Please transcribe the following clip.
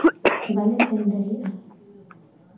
ᱵᱟᱞᱮ ᱥᱮᱱ ᱫᱟᱲᱮᱭᱟᱜᱼᱟ